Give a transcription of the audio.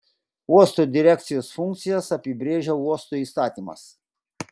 uosto direkcijos funkcijas apibrėžia uosto įstatymas